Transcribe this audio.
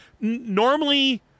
Normally